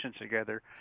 together